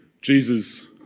Jesus